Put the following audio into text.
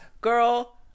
girl